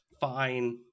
Fine